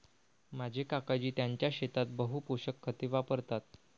माझे काकाजी त्यांच्या शेतात बहु पोषक खते वापरतात